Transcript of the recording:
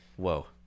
whoa